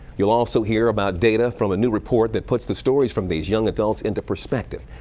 you'll also hear about data from a new report that puts the stories from these young adults into perspective.